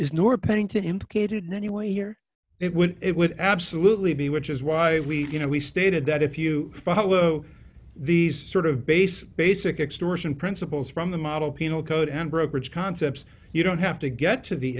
in any way here it would it would absolutely be which is why we you know he stated that if you follow these sort of basic basic extortion principles from the model penal code and brokerage concepts you don't have to get to the